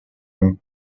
donc